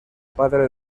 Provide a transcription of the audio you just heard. padre